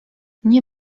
nie